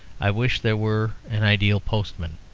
i wish there were an ideal postman,